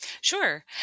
Sure